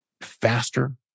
faster